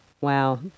wow